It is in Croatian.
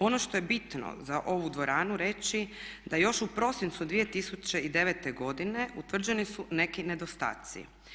Ono što je bitno za ovu dvoranu reći da još u prosincu 2009. godine utvrđeni su neki nedostaci.